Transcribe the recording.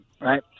right